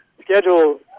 schedule